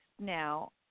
now